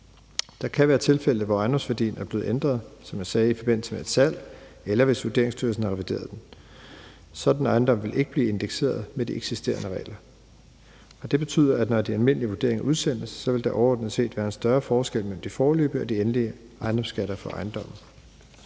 Der kan være tilfælde, hvor ejendomsværdien er blevet ændret i forbindelse med et salg, som jeg sagde, eller hvis Vurderingsstyrelsen har revideret den. Sådan en ejendom vil ikke blive indekseret med de eksisterende regler. Det betyder, at når de almindelige vurderinger udsættes, vil der overordnet set være en større forskel mellem de foreløbige og de endelige ejendomsskatter for ejendommen.